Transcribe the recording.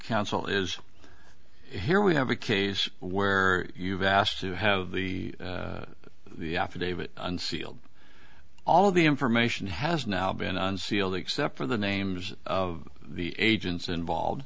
sel is here we have a case where you've asked to have the the affidavit unsealed all of the information has now been unsealed except for the names of the agents involved